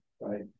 Right